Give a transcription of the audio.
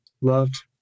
loved